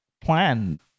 plan